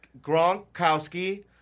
Gronkowski